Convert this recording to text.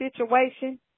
situation